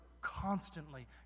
constantly